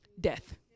death